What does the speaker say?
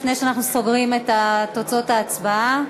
לפני שאנחנו סוגרים את תוצאות ההצבעה.